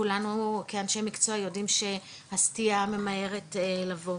כולנו כאנשי מקצוע יודעים שהסטייה ממהרת לבוא,